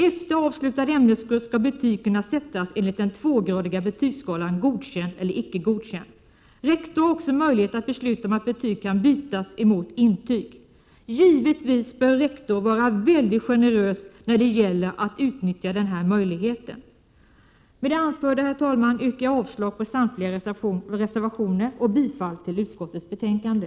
Efter avslutad ämneskurs skall betyg kunna sättas enligt den tvågradiga betygsskalan godkänd eller icke godkänd. Rektor skall också ha möjlighet att besluta om betyg skall kunna bytas mot intyg. Givetvis bör rektor vara väldigt generös när det gäller att utnyttja den här möjligheten. Med det anförda, herr talman, yrkar jag avslag på samtliga reservationer och bifall till hemställan i utskottets betänkande.